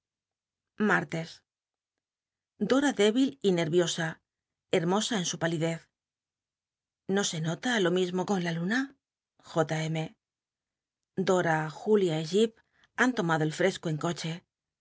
jlártes dora débil y nerviosa hemosa en su p alidez no se nota lo mismo con la luna dijo dora julia y jip han tomado el fresco en coche